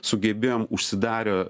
sugebėjom užsidarę